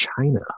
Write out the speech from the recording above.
China